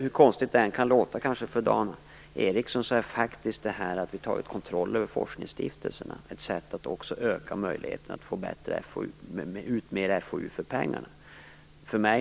Hur konstigt det än kan låta för Dan Ericsson är det faktum att vi tagit kontroll över forskningsstiftelserna faktiskt också ett sätt att öka möjligheten till att få ut mer FoU för pengarna.